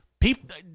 People